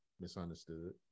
misunderstood